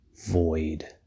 void